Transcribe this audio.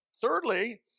Thirdly